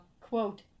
quote